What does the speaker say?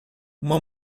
uma